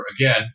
again